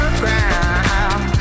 ground